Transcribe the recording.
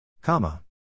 Comma